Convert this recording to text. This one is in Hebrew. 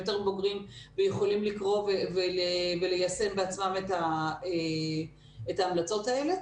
יותר בוגרים ויכולים לקרוא וליישם בעצמם את ההמלצות האלה,